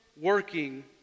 working